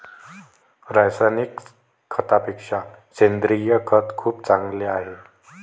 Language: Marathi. रासायनिक खतापेक्षा सेंद्रिय खत खूप चांगले आहे